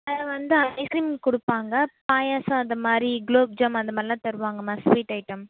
வேறு வந்து ஐஸ்க்ரீம் கொடுப்பாங்க பாயாசம் அது மாதிரி குலோப்ஜாம் அந்த மாதிரிலாம் தருவாங்கம்மா ஸ்வீட் ஐட்டம்